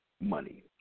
money